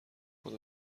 خواد